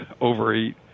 overeat